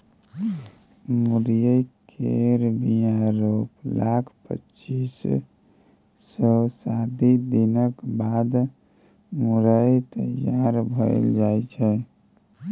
मुरय केर बीया रोपलाक पच्चीस सँ साठि दिनक बाद मुरय तैयार भए जाइ छै